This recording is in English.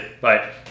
Bye